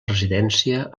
residència